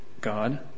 God